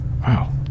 Wow